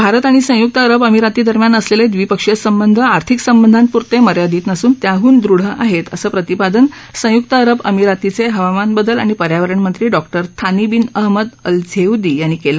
भारत आणि संयुक्त अरब अमिरातीदरम्यान असलेले द्वीपक्षीय संबंध हे आर्थिक संबंधांपुरते मर्यादित नसून त्याहून दृढ आहेत असं प्रतिपादन संयुक्त अरब अमीरातीचे हवामान बदल आणि पर्यावरणमंत्री doctor Thani bin Ahmed Al Zeyoudi यांनी केलं